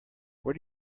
where